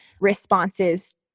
responses